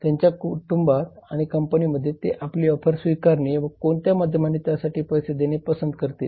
त्यांच्या कुटुंबात किंवा कंपनीमध्ये ते आपली ऑफर स्वीकारणे व कोणत्या माध्यमाने त्यासाठी पैसे देणे पसंत करतील